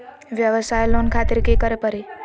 वयवसाय लोन खातिर की करे परी?